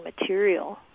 material